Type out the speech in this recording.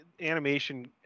animation